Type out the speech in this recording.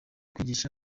kwigisha